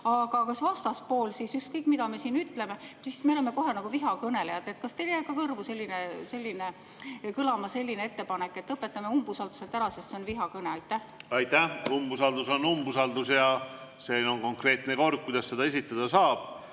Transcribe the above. Aga vastaspool, ükskõik, mida me siin ütleme, kas me siis oleme kohe nagu vihakõnelejad? Kas teile jäi kõrvu kõlama selline ettepanek, et lõpetame umbusaldamised ära, sest see on vihakõne? Aitäh! Umbusaldus on umbusaldus ja sellel on konkreetne kord, kuidas seda esitada saab.